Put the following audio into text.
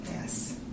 Yes